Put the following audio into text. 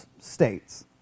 states